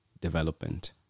development